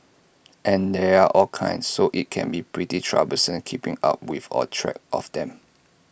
and there are all kinds so IT can be pretty troublesome keeping up with or track of them